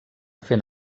fent